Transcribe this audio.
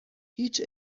هیچ